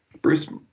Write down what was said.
Bruce